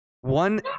One